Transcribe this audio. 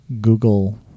Google